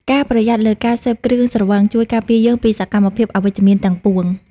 ការប្រយ័ត្នលើការសេពគ្រឿងស្រវឹង ជួយការពារយើងពីសកម្មភាពអវិជ្ជមានទាំងពួង។